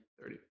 thirty